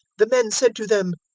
the men said to them,